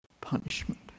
punishment